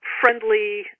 friendly